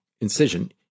incision